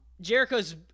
Jericho's